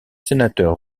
sénateur